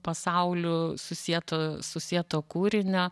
pasauliu susieto susieto kūrinio